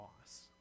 loss